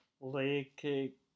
Lake